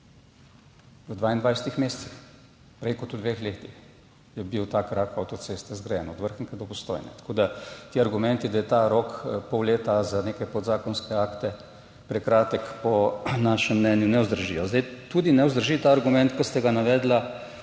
v 22 mesecih, prej kot v dveh letih je bil zgrajen ta krak avtoceste od Vrhnike do Postojne, tako da ti argumenti, da je ta rok pol leta za neke podzakonske akte prekratek, po našem mnenju ne vzdržijo. Prav tako ne vzdrži ta argument, ki ste ga navedli,